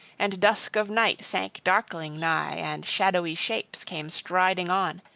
and dusk of night sank darkling nigh, and shadowy shapes came striding on,